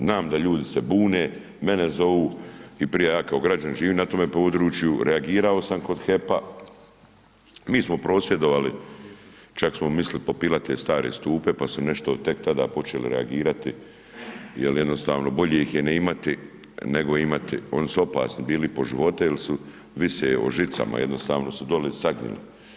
Znam da ljudi se bune, mene zovu i prije, ja kao građanin živim na tome području, reagirao sam kod HEP-a, mi smo prosvjedovali, čak smo mislili popilati te stare stupe, pa nešto tek tada počeli reagirati jer jednostavno, bolje ih je ne imati, nego imati, oni su opasni bili po živote jer su, više o žicama, jednostavno se dolje saginju.